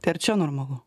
tai ar čia normalu